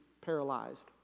paralyzed